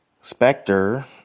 Spectre